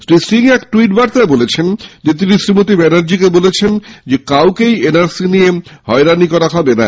শ্রী সিং এক ট্যুইট বার্তায় বলেছেন তিনি শ্রীমতি ব্যানার্জীকে বলেছেন কাউকে হয়রানি করা হবে না